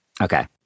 Okay